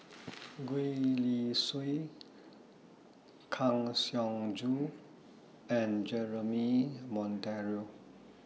Gwee Li Sui Kang Siong Joo and Jeremy Monteiro